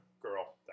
girl